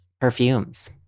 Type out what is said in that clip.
perfumes